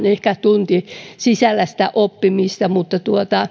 ehkä tunti sisällä ja silloin on sitä oppimista